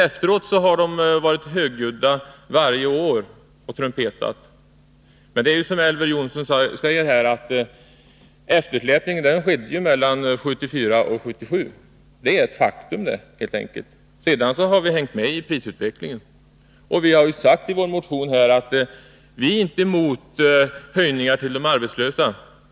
Efteråt har de varit högljudda varje år och trumpetat. Det är som Elver Jonsson säger, eftersläpningen skedde mellan 1974 och 1977. Det är helt enkelt ett faktum. Sedan har vi hängt med i prisutvecklingen. I vår motion har vi sagt att vi inte är emot höjningar till de arbetslösa.